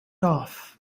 off